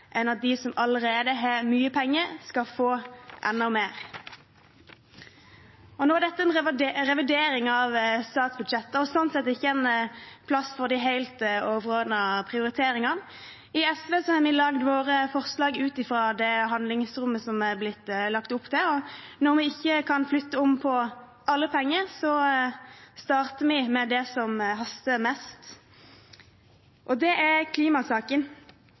en av delene. Det er viktigere enn at de som allerede har mye penger, skal få enda mer. Nå er dette en revidering av statsbudsjettet, og sånn sett ikke en plass for de helt overordnede prioriteringene. I SV har vi laget våre forslag ut fra det handlingsrommet som er blitt lagt opp til, og når vi ikke kan flytte om på alle penger, starter vi med det som haster mest, og det er klimasaken.